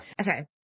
Okay